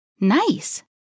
Nice